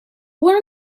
learn